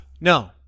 no